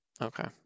Okay